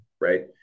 right